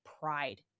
pride